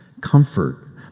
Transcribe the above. Comfort